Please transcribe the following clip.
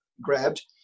grabbed